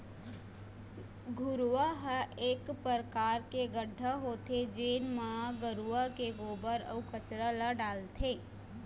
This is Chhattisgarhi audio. घुरूवा ह एक परकार के गड्ढ़ा होथे जेन म गरूवा के गोबर, अउ कचरा ल डालथे